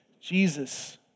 Jesus